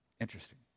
interesting